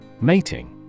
Mating